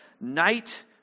Night